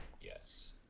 yes